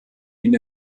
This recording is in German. ihn